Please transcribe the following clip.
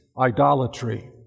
idolatry